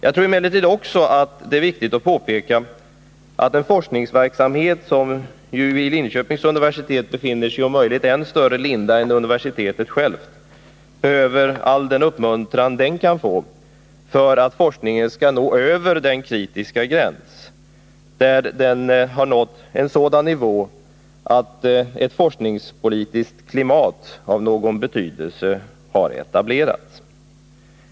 Det är emellertid också viktigt att påpeka att den forskningsverksamhet vid Linköpings universitet som om möjligt ännu mer än universitetet självt befinner sig i sin linda, behöver all den uppmuntran den kan få för att forskningen skall komma över den kritiska gränsen och nå en sådan nivå att ett forskningspolitiskt klimat av någon betydelse etableras.